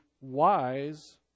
wise